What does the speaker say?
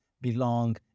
belong